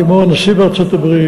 כמו הנשיא בארצות-הברית,